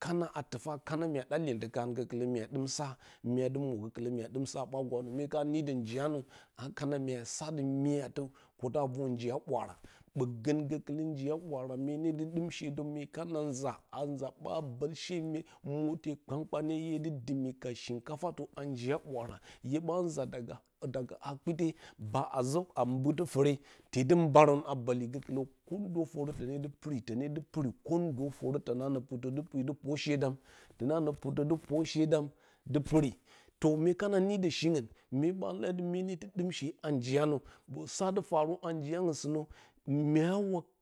kana a tɨfa kana mya ɗa iyentə karə gəkɨlaturun myadɨm sa mydɨmə gəkɨlə mya dɨm sa ɓa gwam mye ka nidə njiyanə a kana mya sa myatə kətə a ror njiya ɓwaara ɓəgə gəkɨlə njiya ɓwaara myene dɨ ɗɨmshe də mye kana nza a nza ɓa bɨhe mimote kpankpanye iye dɨ dɨmi ka shinkafa a njiye ɓwaara hue ɓa nza daga hakpite ba a zə a mburtɨ fore tedi mbarən a mbəli gəkɨlə kəndə foro tənedɨ puri, tənedi pɨri kəndə foro tonanə purtə dɨ puri dɨ purshe purshe dam, tona nə purdə dɨ dɨ purshe dam dɨ puri to myekang nidə shiung mye ɓa leyatɨ mye ne dɨ to dɨm she a njiyanə sa du a niyangnə mya wa.